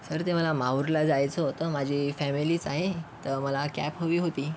sir ते मला माहूरला जायचं होतं माझी फॅमिलीच आहे तर मला कॅप हवी होती